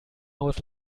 haus